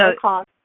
cost